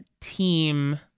team